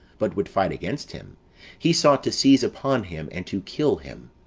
but would fight against him he sought to seize upon him, and to kill him.